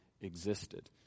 existed